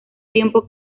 tiempo